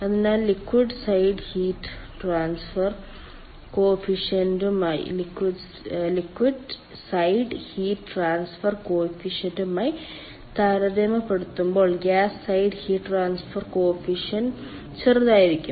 അതിനാൽ liquid side heat transfer കോഫിഫിഷ്യന്റുമായി താരതമ്യപ്പെടുത്തുമ്പോൾ gas side heat transfer coefficient ചെറുതായിരിക്കും